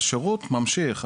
השירות ממשיך,